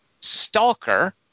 Stalker